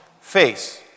face